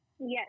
Yes